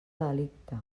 delicte